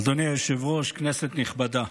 אדוני היושב-ראש, כנסת נכבדה,